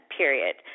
period